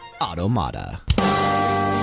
Automata